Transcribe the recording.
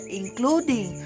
including